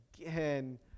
again